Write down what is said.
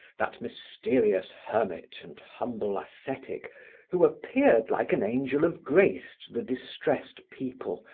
that mysterious hermit and humble ascetic who appeared like an angel of grace to the distressed people,